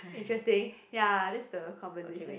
interesting ya that's the conversation